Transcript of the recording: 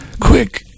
Quick